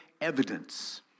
evidence